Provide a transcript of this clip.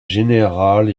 générale